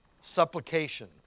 supplication